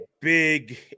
big